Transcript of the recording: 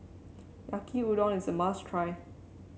Yaki Udon is a must try